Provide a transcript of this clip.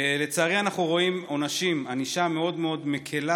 לצערי אנחנו רואים ענישה מאוד מאוד מקילה